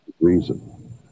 reason